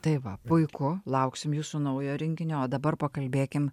tai va puiku lauksim jūsų naujo rinkinio o dabar pakalbėkim